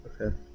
Okay